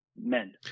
men